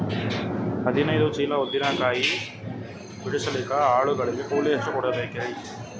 ಹದಿನೈದು ಚೀಲ ಉದ್ದಿನ ಕಾಯಿ ಬಿಡಸಲಿಕ ಆಳು ಗಳಿಗೆ ಕೂಲಿ ಎಷ್ಟು ಕೂಡಬೆಕರೀ?